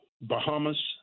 Bahamas